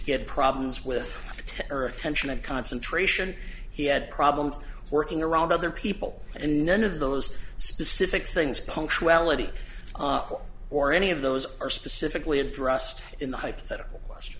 he had problems with earth tension and concentration he had problems working around other people and none of those specific things punctuality or any of those are specifically addressed in the hypothetical question